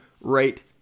right